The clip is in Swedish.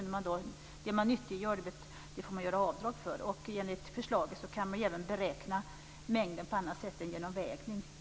Det man nyttiggör får man göra avdrag för. Enligt förslaget kan mängden beräknas på annat sätt än genom vägning.